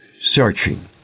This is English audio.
searching